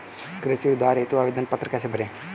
कृषि उधार हेतु आवेदन पत्र कैसे भरें?